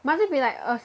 must it be like a